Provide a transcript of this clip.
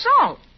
salt